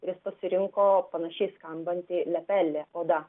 ir jis pasirinko panašiai skambantį lepel odą